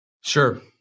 Sure